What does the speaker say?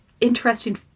interesting